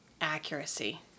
accuracy